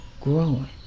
growing